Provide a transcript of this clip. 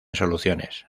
soluciones